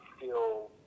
feel